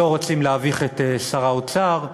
לא רוצים להביך את שר האוצר,